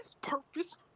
purpose